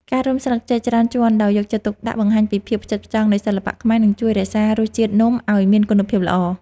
ការរុំស្លឹកចេកច្រើនជាន់ដោយយកចិត្តទុកដាក់បង្ហាញពីភាពផ្ចិតផ្ចង់នៃសិល្បៈខ្មែរ និង ជួយរក្សារសជាតិនំឱ្យមានគុណភាពល្អ។